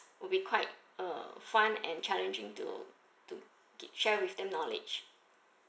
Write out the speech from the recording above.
will be quite uh fun and challenging to to share with them knowledge